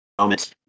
moment